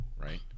right